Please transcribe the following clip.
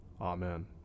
Amen